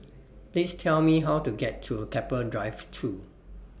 Please Tell Me How to get to Keppel Drive two